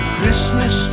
Christmas